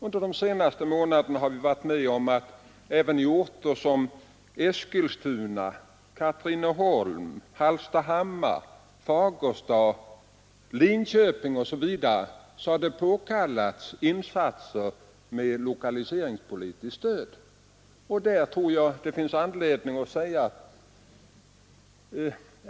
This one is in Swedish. Under de senaste månaderna har vi varit med om att även på orter som Eskilstuna, Katrineholm, Hallstahammar, Fagersta, Linköping osv. har man påkallat insatser med lokaliseringspolitiskt stöd.